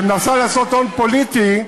שמנסה לעשות הון פוליטי,